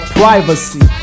privacy